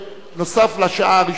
נוסף על השעה הראשונה,